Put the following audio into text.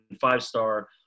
five-star